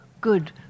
good